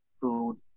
food